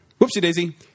Whoopsie-daisy